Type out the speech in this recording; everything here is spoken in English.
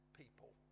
people